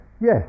yes